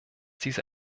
diese